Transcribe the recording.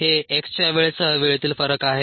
हे X च्या वेळेसह वेळेतील फरक आहे